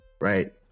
right